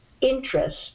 interest